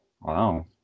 wow